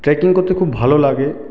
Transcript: trekking করতে খুব ভালো লাগে